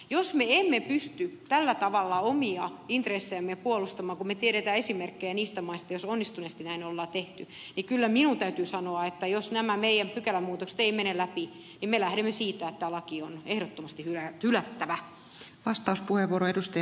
jos emme pysty tällä tavalla omia intressejämme puolustamaan kun me tiedämme esimerkkejä niistä maista joissa onnistuneesti näin on tehty niin kyllä minun täytyy sanoa että jos nämä meidän pykälänmuutoksemme eivät mene läpi niin me lähdemme siitä että laki on ehdottomasti hylättävä